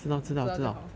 你知道就好